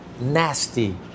nasty